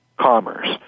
commerce